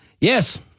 Yes